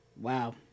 Wow